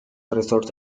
resorts